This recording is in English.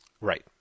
Right